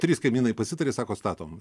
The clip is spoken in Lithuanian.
trys kaimynai pasitarė sako statom